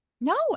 No